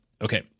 Okay